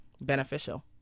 beneficial